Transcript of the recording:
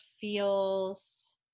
feels